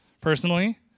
personally